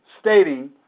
stating